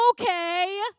Okay